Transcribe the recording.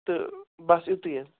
تہٕ بَس یُِتُے حظ